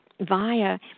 via